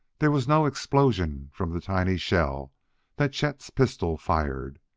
there was no explosion from the tiny shell that chet's pistol fired,